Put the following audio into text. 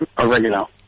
oregano